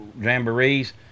jamborees